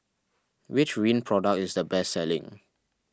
which Rene product is the best selling